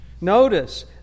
Notice